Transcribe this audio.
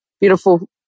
beautiful